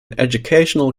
educational